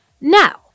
Now